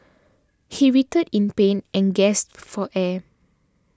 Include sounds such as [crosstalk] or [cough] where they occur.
he writhed in pain and gasped [noise] for air